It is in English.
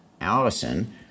Allison